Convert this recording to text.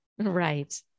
Right